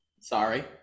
Sorry